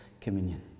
communion